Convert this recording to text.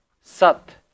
sat